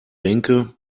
denke